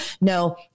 no